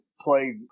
played